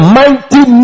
mighty